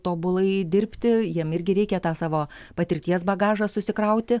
tobulai dirbti jiem irgi reikia tą savo patirties bagažą susikrauti